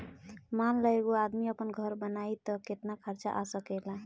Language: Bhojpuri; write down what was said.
मान ल एगो आदमी आपन घर बनाइ त केतना खर्च आ सकेला